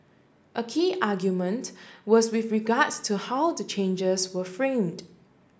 a key argument was with regards to how the charges were framed